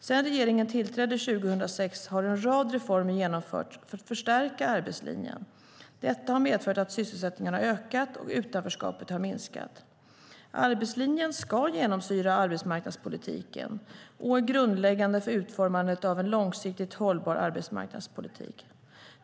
Sedan regeringen tillträdde 2006 har en rad reformer genomförts för att förstärka arbetslinjen. Detta har medfört att sysselsättningen har ökat och att utanförskapet har minskat. Arbetslinjen ska genomsyra arbetsmarknadspolitiken och är grundläggande för utformandet av en långsiktigt hållbar arbetsmarknadspolitik.